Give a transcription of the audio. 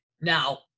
Now